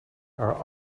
are